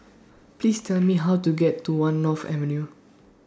Please Tell Me How to get to one North Avenue